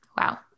Wow